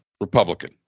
Republican